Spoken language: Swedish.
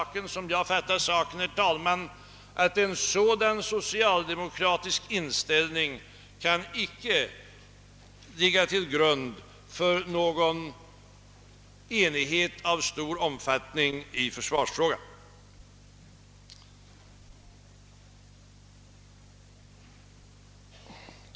Det är, som jag uppfattar saken, klart att en sådan socialdemokratisk inställning inte kan ligga till grund för någon enighet av större omfattning i försvarsfrågan.